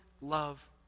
love